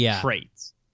traits